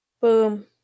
Boom